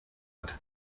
hat